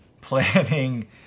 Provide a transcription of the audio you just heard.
planning